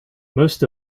most